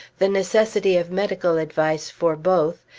the necessity of medical advice for both,